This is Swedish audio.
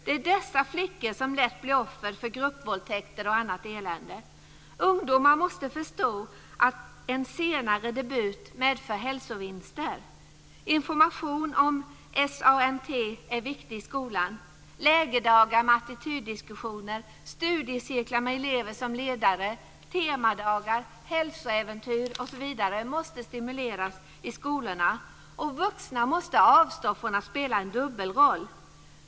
Det är dessa flickor som lätt blir offer för gruppvåldtäkter och annat elände. Ungdomar måste förstå att en senare debut medför hälsovinster. Information om SANT är viktig i skolan. Lägerdagar med attityddiskussioner, studiecirklar med elever som ledare, temadagar, hälsoäventyr osv. måste stimuleras i skolorna, och vuxna måste avstå från att spela en dubbelroll.